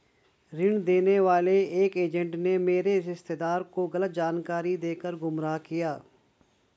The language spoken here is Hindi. ऋण देने वाले एक एजेंट ने मेरे रिश्तेदार को गलत जानकारी देकर गुमराह किया